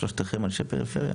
שלושתכם אנשי פריפריה,